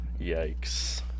Yikes